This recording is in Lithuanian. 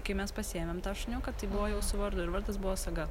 kai mes pasiėmėm tą šuniuką tai buvo jau su vardu ir vardas buvo saga